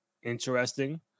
interesting